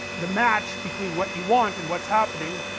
the match between what you want and what is happening,